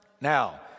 Now